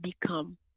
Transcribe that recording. become